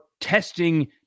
testing